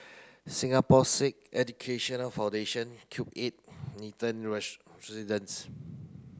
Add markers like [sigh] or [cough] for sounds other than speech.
Singapore Sikh Education Foundation Cube eight Nathan [unintelligible] Residences